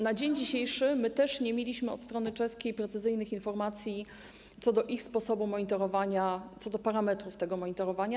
Na dzień dzisiejszy my też nie mieliśmy od strony czeskiej precyzyjnych informacji co do ich sposobu monitorowania, co do parametrów tego monitorowania.